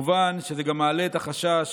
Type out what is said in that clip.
מובן שזה גם מעלה את החשש